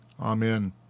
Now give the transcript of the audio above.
Amen